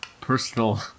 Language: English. personal